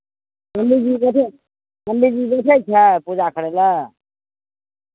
पण्डितजी बैसै पण्डितजी बैसै छै पूजा करय लए